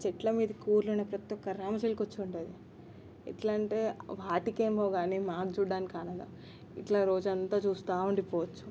ఆ చెట్లమీదకి ఊళ్ళో ఉన్న ప్రతీ ఒక్క రామచిలుక వచ్చి ఉండేది ఎట్లా అంటే వాటికి ఏమో కానీ మాకు చూడటానికి ఆనందం ఇట్లా రోజు అంతా చూస్తూ ఉండిపోవచ్చు